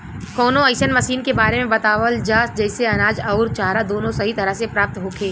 कवनो अइसन मशीन के बारे में बतावल जा जेसे अनाज अउर चारा दोनों सही तरह से प्राप्त होखे?